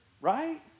Right